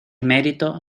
merito